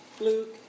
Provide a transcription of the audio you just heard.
Luke